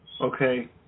Okay